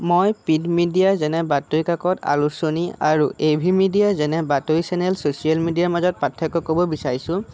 মই print media যেনে বাতৰি কাকত আলোচনী আৰু এ ভি মিডিয়া যেনে বাতৰি চেনেল চচিয়েল মিডিয়াৰ মাজত পাৰ্থক্য ক'ব বিচাৰিছোঁ